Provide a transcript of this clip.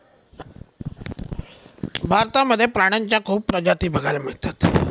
भारतामध्ये प्राण्यांच्या खूप प्रजाती बघायला मिळतात